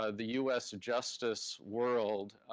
ah the us justice world